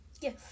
Yes